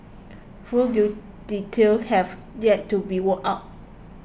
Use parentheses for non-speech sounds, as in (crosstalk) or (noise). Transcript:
full (unintelligible) details have yet to be worked out